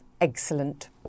Excellent